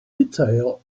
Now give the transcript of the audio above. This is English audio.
detail